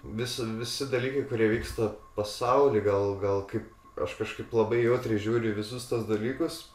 vis visi dalykai kurie vyksta pasauly gal gal kaip aš kažkaip labai jautriai žiūriu į visus tuos dalykus